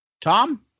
Tom